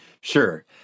Sure